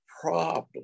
problem